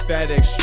FedEx